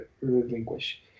relinquish